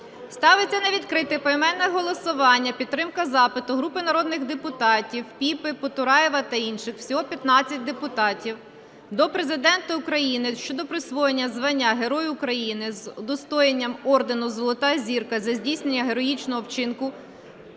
Ставиться на відкрите поіменне голосування підтримка запиту групи народних депутатів (Піпи, Потураєва та інших. Всього 15 депутатів) до Президента України щодо присвоєння звання Герой України з удостоєнням ордену "Золота Зірка" за здійснення героїчного вчинку